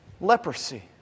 leprosy